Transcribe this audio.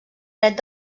dret